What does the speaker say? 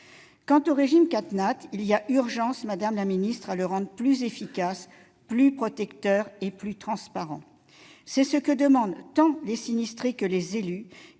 Quant au régime CatNat, il y a urgence, madame la secrétaire d'État, à le rendre plus efficace, plus protecteur et plus transparent. C'est ce que demandent sinistrés et élus,